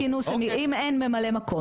אז בכינוס אם אין ממלא מקום,